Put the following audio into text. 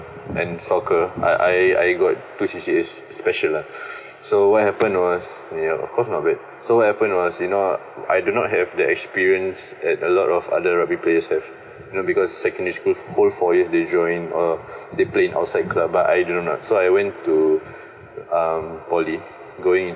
and soccer I I I got two CCAs special lah so what happened was ya of course not bad so happened was you know I do not have the experience that a lot of other rugby players have you know because secondary schools whole four years they join all they play in outside club but I do not so I went to um poly going